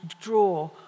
draw